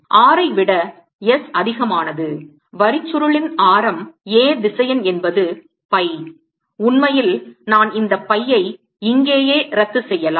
R ஐ விட S அதிகமானது வரிச்சுருள் இன் ஆரம் A திசையன் என்பது pi உண்மையில் நான் இந்த pi யை இங்கேயே ரத்து செய்யலாம்